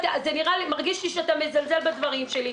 מרגיש לי שאתה מזלזל בדברים שלי.